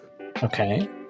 Okay